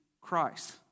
Christ